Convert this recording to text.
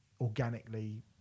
organically